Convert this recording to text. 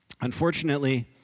Unfortunately